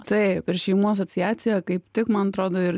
taip ir šeimų asociaciją kaip tik man atrodo ir